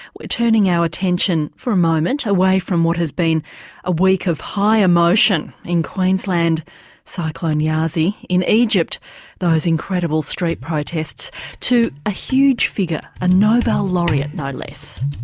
we're turning our attention for a moment away from what has been a week of high emotion in queensland cyclone yasi in egypt those incredible street protests to a huge figure, a nobel laureate no less.